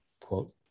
quote